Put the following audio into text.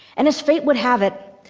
and as fate would have it,